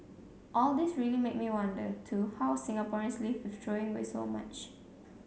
all this really made me wonder too how Singaporeans live with throwing away so much